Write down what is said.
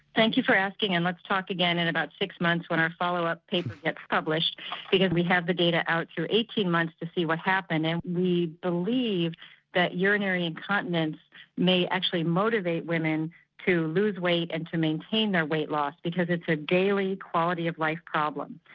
thank you for asking and let's talk again in about six months when our follow-up paper gets published because we have the data out to eighteen months to see what happens and we believe that urinary incontinence may actually motivate women to lose weight and to maintain their weight loss because it's a daily quality of life problem.